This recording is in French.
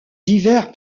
divers